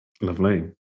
Lovely